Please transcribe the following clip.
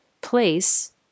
place